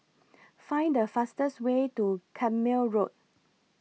Find The fastest Way to Carpmael Road